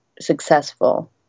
successful